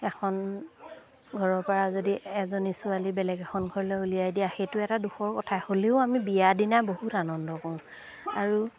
এখন ঘৰৰপৰা যদি এজনী ছোৱালী বেলেগ এখন ঘৰলৈ উলিয়াই দিয়া সেইটো এটা দুখৰ কথাই হ'লেও আমি বিয়াৰ দিনা বহুত আনন্দ কৰোঁ আৰু